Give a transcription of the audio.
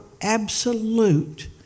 absolute